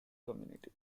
community